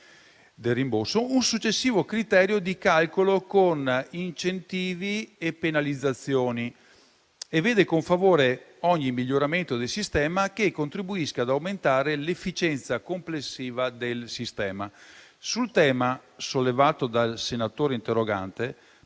del rimborso un successivo criterio di calcolo con incentivi e penalizzazioni, vedendo con favore ogni miglioramento del sistema che contribuisca ad aumentare l'efficienza complessiva del sistema. Sul tema, sollevato dal senatore interrogante,